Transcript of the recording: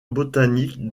botanique